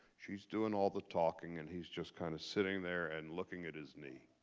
she's doing all the talking. and he's just kind of sitting there and looking at his knee.